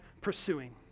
pursuing